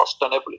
sustainably